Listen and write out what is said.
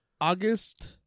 august